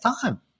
time